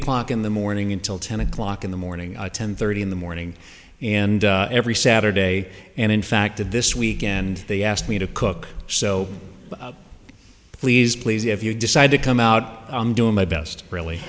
o'clock in the morning until ten o'clock in the morning ten thirty in the morning and every saturday and in fact that this weekend they asked me to cook so please please if you decide to come out i'm doing my best really